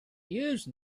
use